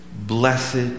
blessed